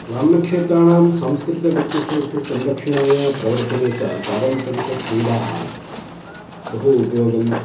ग्राम्यक्षेत्राणां सांस्कृतिकव्यक्तित्वस्य संरक्षणाय प्रवर्तने च पारम्परिकक्रीडाः बहु उपयोगं